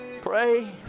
Pray